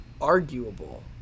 arguable